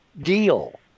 deal